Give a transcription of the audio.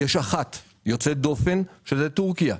יש אחת יוצאת דופן שזאת טורקיה.